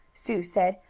sue said.